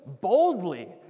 boldly